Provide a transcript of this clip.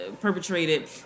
perpetrated